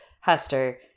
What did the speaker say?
Hester